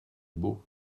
beau